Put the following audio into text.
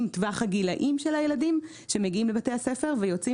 עם טווח הגילים של הילדים שמגיעים לבתי הספר ויוצאים